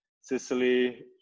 Sicily